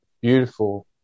beautiful